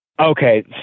Okay